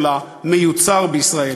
של ה"מיוצר בישראל".